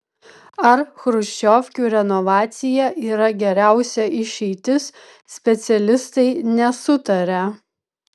ar chruščiovkių renovacija yra geriausia išeitis specialistai nesutaria